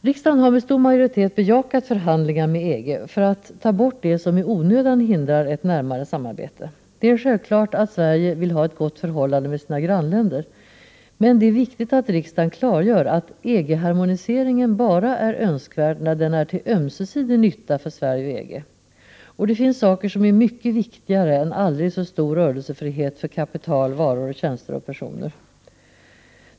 Riksdagen har med stor majoritet bejakat förhandlingar med EG för att ta bort de faktorer som i onödan hindrar ett närmare samarbete. Det är självklart att Sverige vill ha ett gott förhållande till sina grannländer, men det är viktigt att riksdagen klargör att EG-harmoniseringen är önskvärd bara när den är till ömsesidig nytta för Sverige och EG. Det finns saker som är mycket viktigare än aldrig så stor rörelsefrihet för kapital, varor, tjänster och personer.